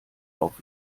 auch